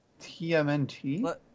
TMNT